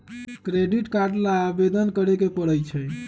credit card ला आवेदन करे के परई छई